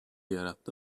yarattı